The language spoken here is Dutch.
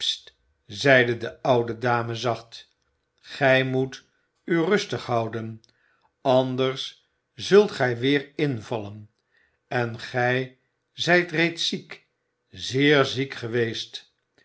zeide de oude dame zacht gij moet u rustig houden anders zult gij weer invallen en gij zijl reeds ziek zeer ziek geweest